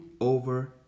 over